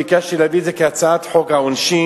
ביקשתי להביא את זה כהצעת חוק העונשין,